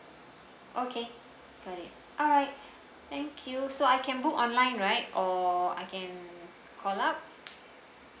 okay got it alright thank you so I can book online right or I can call up